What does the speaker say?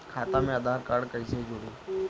खाता मे आधार कार्ड कईसे जुड़ि?